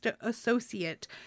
associate